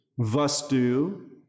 vastu